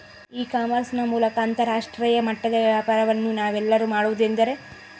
E commerce ನ ಮೂಲಕ ಅಂತರಾಷ್ಟ್ರೇಯ ಮಟ್ಟದ ವ್ಯಾಪಾರವನ್ನು ನಾವೆಲ್ಲರೂ ಮಾಡುವುದೆಂದರೆ?